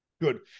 Good